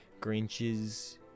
Grinches